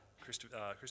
christopher